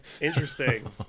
Interesting